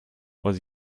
was